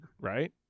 right